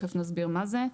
תכף נסביר מה זה.